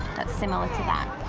that's similar to that.